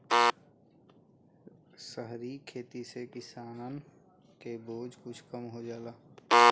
सहरी खेती से किसानन के बोझ कुछ कम हो जाला